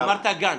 אמרת: "גן".